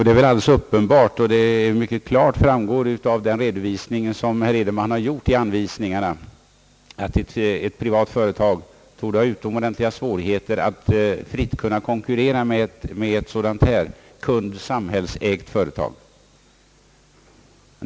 Det är väl alldeles uppenbart — och framgår klart av den redovisning som herr Edenman har lämnat i direktiven — ait ett privat företag torde ha utomordentliga svårigheter att fritt konkurrera med ett sådant här kundsamhällsägt företag.